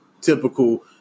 typical